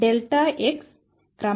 px క్రమాన్ని కలిగి ఉంటుంది